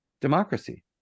democracy